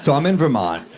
so i'm in vermont,